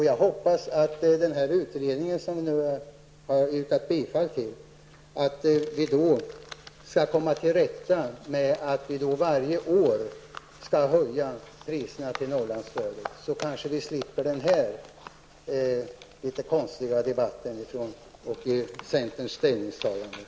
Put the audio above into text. Jag hoppas att vi genom den utredning som nu skall tillsättas skall komma till rätta med att vi varje år måste höja anslagen till Norrlandsstödet. Då kanske vi slipper den här litet konstiga debatten och centerns ställningstagande.